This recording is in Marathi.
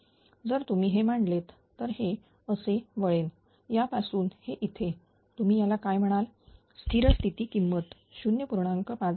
जर तुम्ही हे मांडलेत तर हे असे वळेन यापासून हे इथे तुम्ही त्याला काय म्हणाल स्थिर स्थिती किंमत 0